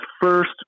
first